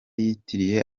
yitiriye